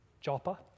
Joppa